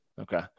Okay